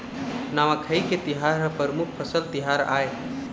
नवाखाई के तिहार ह परमुख फसल तिहार आय